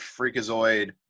freakazoid